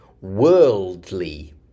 worldly